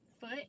foot